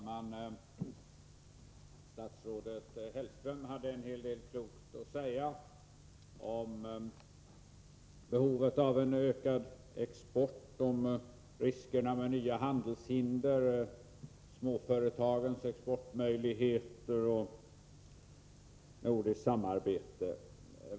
Herr talman! Statsrådet Hellström hade en hel del klokt att säga om behovet av ökad export, om riskerna med nya handelshinder, om småföretagens exportmöjligheter och om nordiskt samarbete.